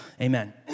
amen